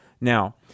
Now